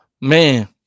Man